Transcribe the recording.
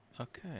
Okay